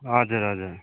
हजुर हजुर